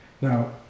now